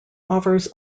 offers